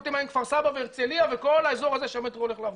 אותי מעניין כפר סבא והרצליה וכל האזור הזה שהמטרו הולך לעבור.